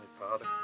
Father